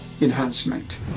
enhancement